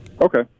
Okay